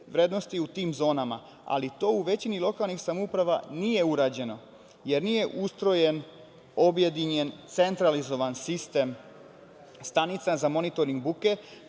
u tim zonama. To u većini lokalnih samouprava nije urađeno, jer nije ustrojen, objedinjen centralizovan sistem stanica za monitoring buke,